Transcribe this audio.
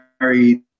married